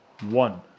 one